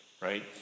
right